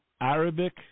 Arabic